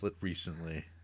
recently